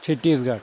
چھتیٖس گڑ